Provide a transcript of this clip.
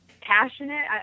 passionate